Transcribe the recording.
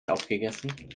aufgegessen